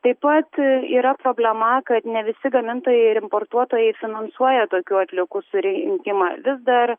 taip pat yra problema kad ne visi gamintojai ir importuotojai finansuoja tokių atliekų surinkimą vis dar